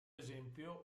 esempio